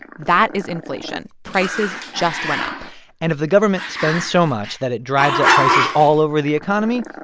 that is inflation. prices just went up and if the government spends so much that it drives up prices all over the economy,